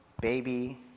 baby